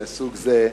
מסוג זה,